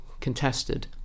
contested